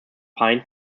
pine